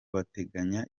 bateganya